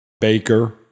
Baker